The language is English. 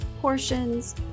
portions